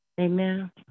Amen